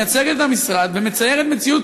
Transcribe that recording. מייצגת את המשרד ומציירת מציאות